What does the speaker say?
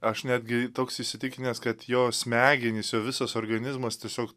aš netgi toks įsitikinęs kad jo smegenys jo visas organizmas tiesiog